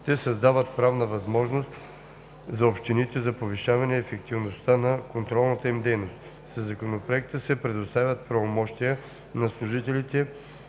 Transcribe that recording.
Те създават правна възможност за общините за повишаване ефективността на контролната им дейност. Със Законопроекта се предоставят правомощия на служителите